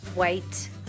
white